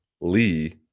Lee